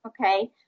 Okay